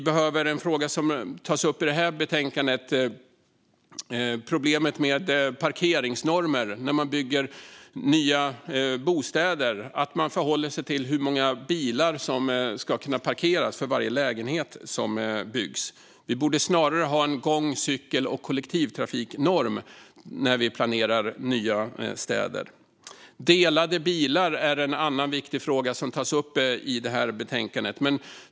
En fråga som tas upp i det här betänkandet är problemet med parkeringsnormer när man bygger nya bostäder och att man förhåller sig till hur många bilar som ska kunna parkeras för varje lägenhet som byggs. Vi borde snarare ha en gång, cykel och kollektivtrafiknorm när vi planerar nya städer. Delade bilar är en annan viktig fråga som tas upp i det här betänkandet.